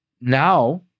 now